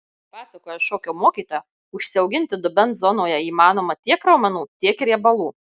kaip pasakoja šokio mokytoja užsiauginti dubens zonoje įmanoma tiek raumenų tiek ir riebalų